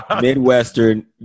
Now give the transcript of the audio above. Midwestern